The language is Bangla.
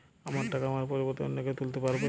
আমার টাকা আমার পরিবর্তে অন্য কেউ তুলতে পারবে?